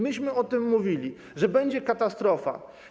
Myśmy o tym mówili, że będzie katastrofa.